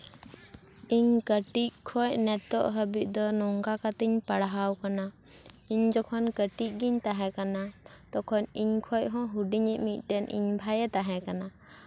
ᱤᱧ ᱠᱟᱹᱴᱤᱡ ᱠᱷᱚᱡ ᱱᱤᱛᱳᱜ ᱦᱟᱵᱤᱡ ᱫᱚ ᱱᱚᱝᱠᱟ ᱠᱟᱛᱤᱧ ᱯᱟᱲᱦᱟᱣ ᱟᱠᱟᱱᱟ ᱤᱧ ᱡᱚᱠᱷᱚᱱ ᱠᱟᱹᱴᱤᱡ ᱜᱤᱧ ᱛᱟᱦᱮᱸᱠᱟᱱᱟ ᱛᱚᱠᱷᱚᱡ ᱤᱧ ᱠᱷᱚᱡ ᱦᱚᱸ ᱦᱩᱰᱤᱧᱤᱡ ᱢᱤᱫᱴᱮᱱ ᱤᱧ ᱵᱷᱟᱭᱮ ᱛᱟᱦᱮᱸᱠᱟᱱᱟ